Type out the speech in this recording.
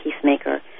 peacemaker